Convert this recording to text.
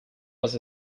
was